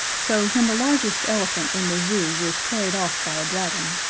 so when the largest elephant in the zoo was carried off by a dragon,